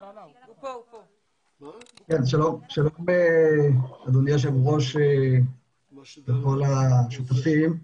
שלום, אדוני היושב ראש וכל השותפים.